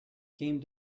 came